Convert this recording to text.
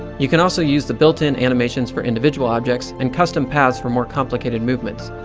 you can also use the built-in animations for individual objects, and custom paths for more complicated movements.